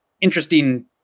interesting